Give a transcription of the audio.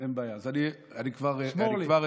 אין בעיה, אני כבר אסיים.